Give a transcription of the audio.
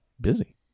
Busy